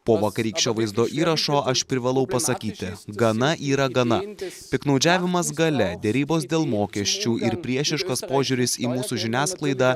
po vakarykščio vaizdo įrašo aš privalau pasakyti gana yra gana piktnaudžiavimas galia derybos dėl mokesčių ir priešiškas požiūris į mūsų žiniasklaidą